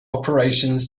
operations